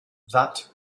that